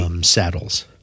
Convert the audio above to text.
saddles